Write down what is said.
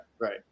right